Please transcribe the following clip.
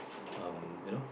um you know